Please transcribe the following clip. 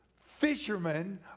fishermen